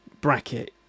bracket